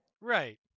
Right